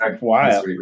Wow